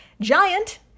giant